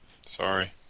Sorry